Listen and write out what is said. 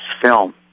film